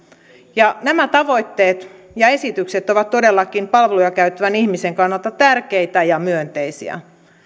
nämä tavoitteet ja esitykset ovat todellakin palveluja käyttävän ihmisen kannalta tärkeitä ja myönteisiä